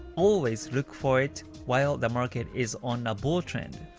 always look for it while the market is on a bull trend.